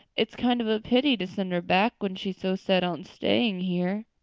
it's kind of a pity to send her back when she's so set on staying here.